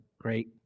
great